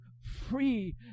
free